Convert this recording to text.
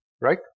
right